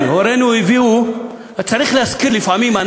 כן, הורינו הביאו, צריך להזכיר לפעמים.